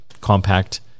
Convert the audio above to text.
compact